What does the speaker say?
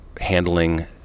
handling